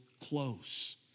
close